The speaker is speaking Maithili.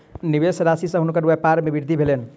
निवेश राशि सॅ हुनकर व्यपार मे वृद्धि भेलैन